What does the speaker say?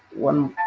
one.